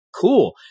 cool